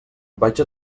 vaig